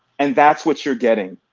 and that's what you're getting.